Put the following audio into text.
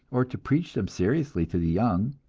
or to preach them seriously to the young,